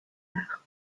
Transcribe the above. mares